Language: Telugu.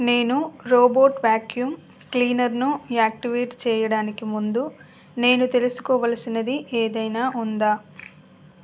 నేను రోబోట్ వ్యాక్యూమ్ క్లీనర్ను యాక్టివేట్ చేయడానికి ముందు నేను తెలుసుకోవలసినది ఏదైనా ఉందా